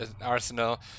Arsenal